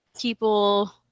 people